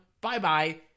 Bye-bye